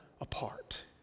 apart